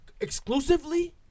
exclusively